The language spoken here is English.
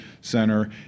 center